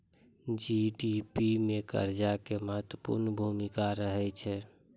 GDP मे कर्जा के महत्वपूर्ण भूमिका रहै छै